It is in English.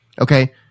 Okay